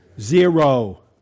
Zero